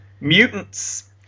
Mutants